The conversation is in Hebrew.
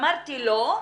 אני אמרתי "לא",